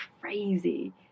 crazy